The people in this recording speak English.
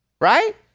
right